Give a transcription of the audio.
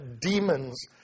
demons